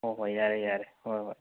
ꯍꯣ ꯍꯣꯏ ꯌꯥꯔꯦ ꯌꯥꯔꯦ ꯍꯣꯏ ꯍꯣꯏ